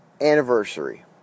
anniversary